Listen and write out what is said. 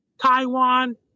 Taiwan